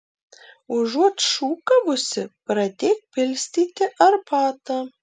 užuot šūkavusi pradėk pilstyti arbatą